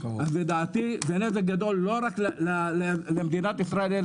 אז לדעתי זה נזק גדול לא רק למדינת ישראל,